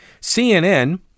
CNN